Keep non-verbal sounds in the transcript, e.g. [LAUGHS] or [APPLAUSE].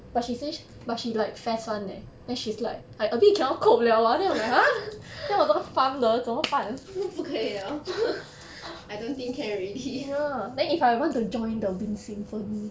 [LAUGHS] I don't think can already [LAUGHS]